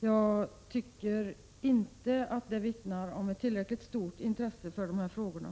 Jag tycker faktiskt inte att det vittnar om ett tillräckligt stort intresse för dessa frågor.